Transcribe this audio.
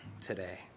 today